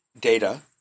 Data